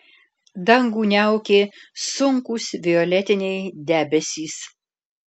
dangų niaukė sunkūs violetiniai debesys